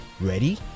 Ready